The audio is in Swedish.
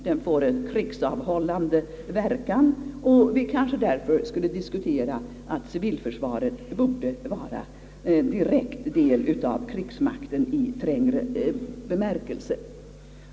Det får en krigsavhållande verkan, och vi skulle därför kanske diskutera, om civilförsvaret borde utgöra en direkt del av krigsmakten i trängre bemärkelse.